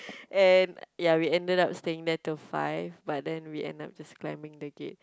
and ya we ended up just staying there till five but then we end up just climbing the gate